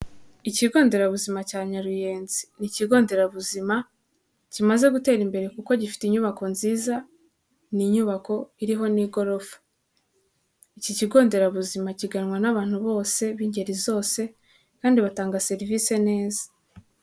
Ikigonderabuzima cya Nyaruyenzi, ni ikigonderabuzima kimaze gutera imbere kuko gifite inyubako nziza, ni inyubako iriho n'igorofa, iki kigonderabuzima kiganwa n'abantu bose b'ingeri zose kandi batanga serivisi neza.